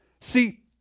See